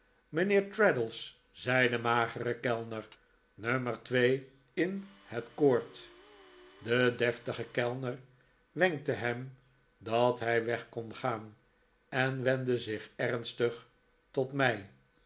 mijnheer traddles zei de magere kellner nummer twee in het court de deftige kellner wenkte hem dat hij weg kon gaan en wendde zich ernstig tot mij